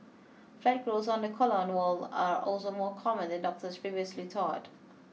flat growths on the colon wall are also more common than doctors previously thought